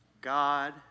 God